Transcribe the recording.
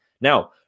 Now